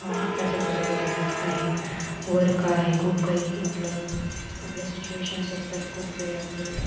अभ्यासाचं वगैरे खूप काही वर्क आहे खूप काही आपलं आपल्या सिच्युएशन्स असतात खूप काही आपलं